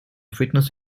fitness